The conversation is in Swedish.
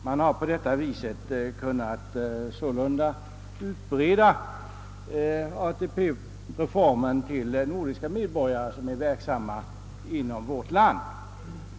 Man har sålunda på detta sätt kunnat utbreda ATP-reformen till de nordiska medborgare som är verksamma inom vårt land.